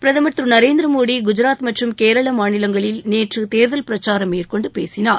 பிரதம் திரு நரேந்திரமோடி குஜாத் மற்றும் கேரள மாநிலங்களில் நேற்று தேர்தல் பிரச்சாரம் மேற்கொண்டு பேசினார்